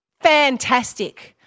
Fantastic